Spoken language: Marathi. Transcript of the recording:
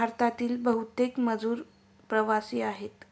भारतातील बहुतेक मजूर प्रवासी आहेत